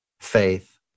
faith